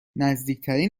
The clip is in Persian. نزدیکترین